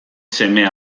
seme